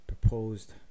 proposed